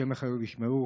השם יחיו וישמרו,